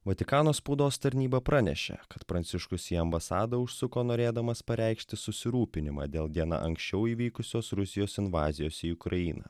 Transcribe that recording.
vatikano spaudos tarnyba pranešė pranciškus į ambasadą užsuko norėdamas pareikšti susirūpinimą dėl diena anksčiau įvykusios rusijos invazijos į ukrainą